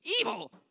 Evil